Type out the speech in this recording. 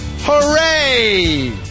Hooray